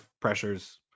pressures